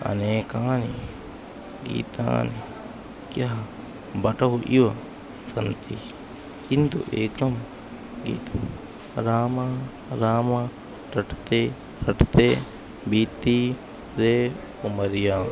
अनेकानि गीतानि क्यः बटौ इव सन्ति किन्तु एकं गीतं राम राम टट्ते रट्ते बीति रे उमर्या